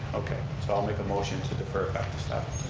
okay, so i'll make a motion to defer it back to staff.